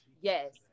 Yes